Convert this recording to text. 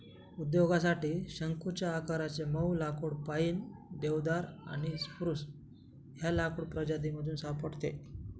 उद्योगासाठी शंकुच्या आकाराचे मऊ लाकुड पाईन, देवदार आणि स्प्रूस या लाकूड प्रजातीमधून सापडते